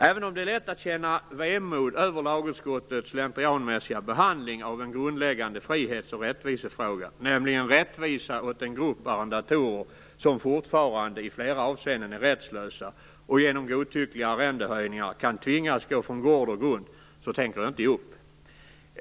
Även om det är lätt att känna vemod över lagutskottets slentrianmässiga behandling av en grundläggande frihets och rättvisefråga, nämligen rättvisa åt en grupp arrendatorer som fortfarande i flera avseenden är rättslösa och genom godtyckliga arrendehöjningar kan tvingas gå från gård och grund, tänker jag inte ge upp.